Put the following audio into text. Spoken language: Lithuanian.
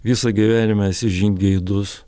visą gyvenimą esi žingeidus